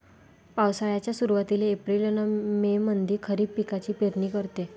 पावसाळ्याच्या सुरुवातीले एप्रिल अन मे मंधी खरीप पिकाची पेरनी करते